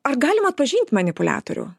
ar galima atpažint manipuliatorių